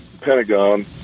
Pentagon